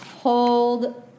Hold